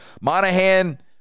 Monahan